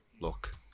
look